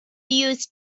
news